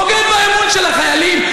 בוגד באמון של החיילים,